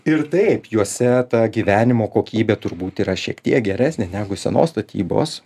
ir taip juose tą gyvenimo kokybė turbūt yra šiek tiek geresnė negu senos statybos